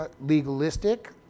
legalistic